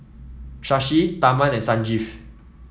Shashi Tharman and Sanjeev